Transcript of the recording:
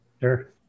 Sure